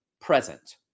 present